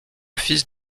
fils